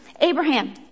Abraham